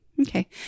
Okay